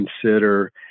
consider